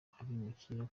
abimukira